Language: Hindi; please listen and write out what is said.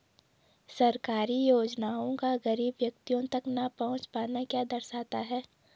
सरकारी योजनाओं का गरीब व्यक्तियों तक न पहुँच पाना क्या दर्शाता है?